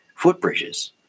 footbridges